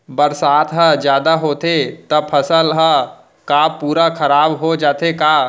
बरसात ह जादा होथे त फसल ह का पूरा खराब हो जाथे का?